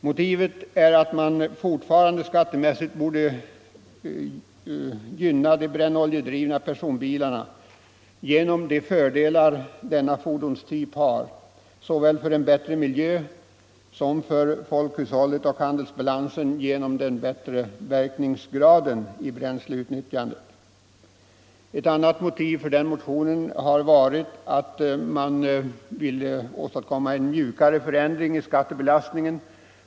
Motivet är att man fortfarande skattemässigt borde gynna de brännoljedrivna personbilarna på grund av de fördelar denna fordonstyp har: den ger såväl en bättre miljö som ekonomiska fördelar för folkhushållet och handelsbalansen genom den bättre verkningsgraden i bränsleutnyttjandet. Ett annat syfte med motionen har varit att åstadkomma en mjukare förändring i skattebelastningen.